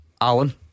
Alan